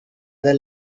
other